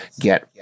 get